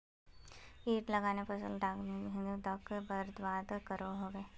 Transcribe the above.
किट लगाले से फसल डाक किस हद तक बर्बाद करो होबे?